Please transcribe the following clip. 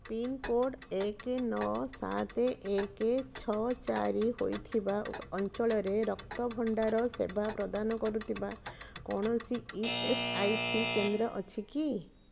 pincode ଏକ ନଅ ସାତ ଏକ ଛଅ ଚାରି ହୋଇଥିବା ଅଞ୍ଚଳରେ ରକ୍ତଭଣ୍ଡାର ସେବା ପ୍ରଦାନ କରୁଥିବା କୌଣସି ଇ ଏସ୍ ଆଇ ସି କେନ୍ଦ୍ର ଅଛି କି